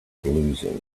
losing